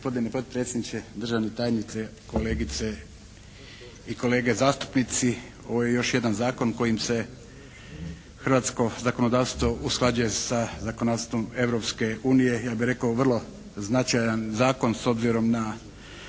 Gospodine potpredsjedniče, državni tajniče, kolegice i kolege zastupnici. Ovo je još jedan zakon kojim se hrvatsko zakonodavstvo usklađuje sa zakonodavstvom Europske unije. Ja bih rekao vrlo značajan zakon s obzirom na